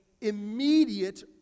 immediate